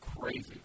crazy